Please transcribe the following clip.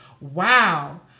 wow